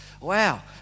Wow